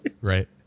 Right